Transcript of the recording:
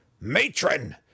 Matron